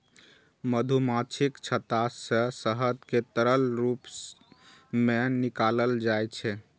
मधुमाछीक छत्ता सं शहद कें तरल रूप मे निकालल जाइ छै